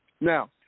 Now